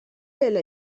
elle